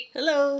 Hello